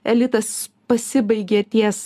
elitas pasibaigė ties